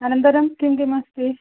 अनन्तरं किं किमस्ति